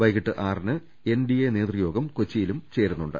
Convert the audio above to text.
വൈകീട്ട് ആറിന് എൻഡിഎ നേതൃയോഗം കൊച്ചിയിലും ചേരുന്നുണ്ട്